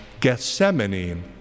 gethsemane